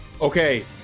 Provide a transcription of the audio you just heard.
Okay